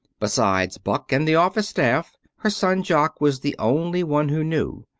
besides buck and the office staff, her son jock was the only one who knew.